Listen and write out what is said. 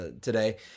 today